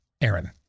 Aaron